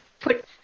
Put